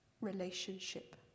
relationship